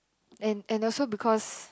and and also because